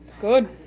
Good